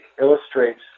illustrates